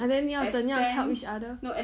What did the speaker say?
ah then 你要怎么样 help each other